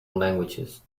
languages